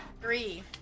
Three